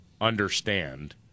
understand